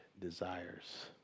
desires